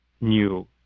new